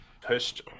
pushed